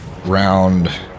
round